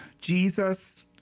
Jesus